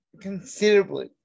considerably